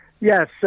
Yes